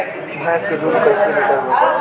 भैंस के दूध कईसे लीटर बा?